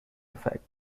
effect